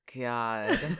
God